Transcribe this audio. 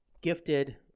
gifted